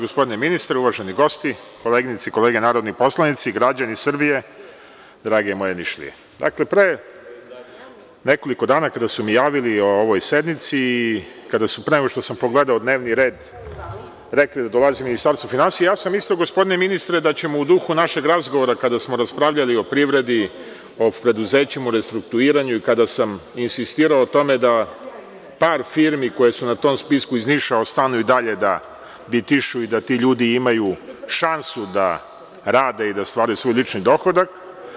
Gospodine ministre, uvaženi gosti, koleginice i kolege narodni poslanici, građani Srbije, drage moje Nišlije, pre nekoliko dana, kada su mi javili o ovoj sednici i kada su, pre nego što sam pogledao dnevni red, rekli da dolazi Ministarstvo finansija, mislio sam, gospodine ministre, da ćemo u duhu našeg razgovora, kada smo raspravljali o privredi, o preduzećima u restrukturiranju i kada sam insistirao na tome da par firmi koje su na tom spisku iz Niša ostanu i dalje da bitišu i da ti ljudi imaju šansu da rade i da stvaraju svoj lični dohodak.